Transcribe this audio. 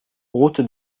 route